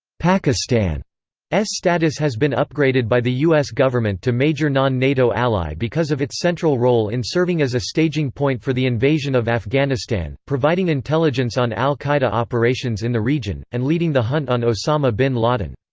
pakistan's status has been upgraded by the u s. government to major non-nato ally because of its central role in serving as a staging point for the invasion of afghanistan, providing intelligence on al-qaeda operations in the region, and leading the hunt on osama bin laden.